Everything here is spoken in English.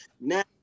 Now